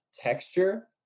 Texture